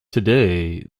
today